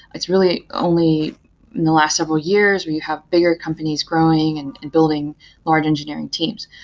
it's really only in the last several years where you have bigger companies growing and building large engineering teams.